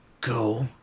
go